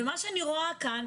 ומה שאני רואה כאן,